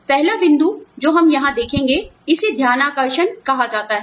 पहला बिंदु जो हम यहां देखेंगे इसे ध्यानाकर्षण कहा जाता है